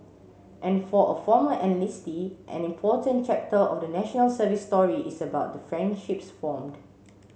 and for a former enlistee an important chapter of the National Service story is about the friendships formed